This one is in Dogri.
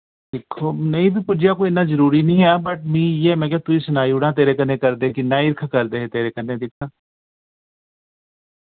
दिक्खो नेईं वी पुज्जेया कोई इन्ना जरुरी निं ऐ बट मि इयै में के तुगी सनाई ओड़ां तेरे कन्नै करदे किन्ना हिरख करदे हे तेरे कन्नै दिक्खां